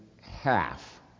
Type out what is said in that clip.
half